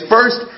First